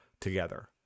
together